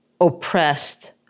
oppressed